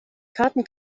karten